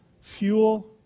fuel